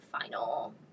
final